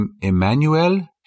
emmanuel